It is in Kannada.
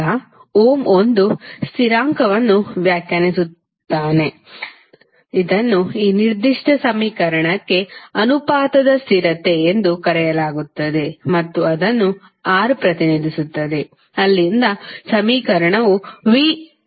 ಈಗ ಓಮ್ ಒಂದು ಸ್ಥಿರಾಂಕವನ್ನು ವ್ಯಾಖ್ಯಾನಿಸುತ್ತಾನೆ ಇದನ್ನು ಈ ನಿರ್ದಿಷ್ಟ ಸಮೀಕರಣಕ್ಕೆ ಅನುಪಾತದ ಸ್ಥಿರತೆ ಎಂದು ಕರೆಯಲಾಗುತ್ತದೆ ಮತ್ತು ಅದನ್ನು R ಪ್ರತಿನಿಧಿಸುತ್ತದೆ ಮತ್ತು ಅಲ್ಲಿಂದ ಸಮೀಕರಣವು ViR ಬಂದಿದೆ